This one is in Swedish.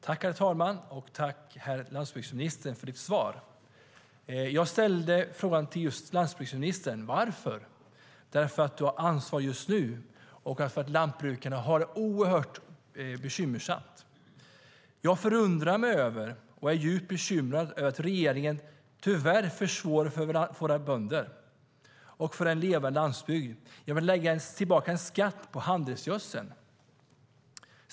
Herr talman! Tack, herr landsbygdsminister, för ditt svar! Jag ställde min fråga om varför till landsbygdsministern därför att han har ansvaret just nu och lantbrukarna har det oerhört bekymmersamt. Jag förundras över och är djupt bekymrad över att regeringen tyvärr försvårar för våra bönder och för en levande landsbygd genom att lägga tillbaka en skatt på handelsgödsel.